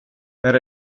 that